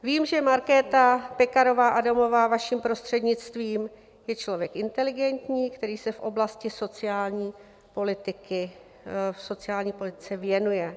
Vím, že Markéta Pekarová Adamová, vaším prostřednictvím, je člověk inteligentní, který se oblasti sociální politiky, sociální politice věnuje.